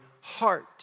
heart